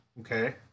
okay